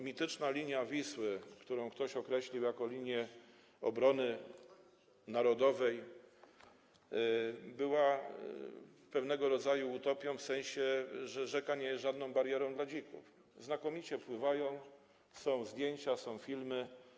Mityczna linia Wisły, którą ktoś określił jako linię obrony narodowej, była pewnego rodzaju utopią w takim sensie, że rzeka nie jest żadną barierą dla dzików, one znakomicie pływają, są zdjęcia, są filmy.